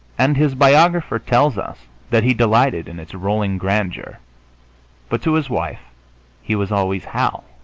and his biographer tells us that he delighted in its rolling grandeur but to his wife he was always hal.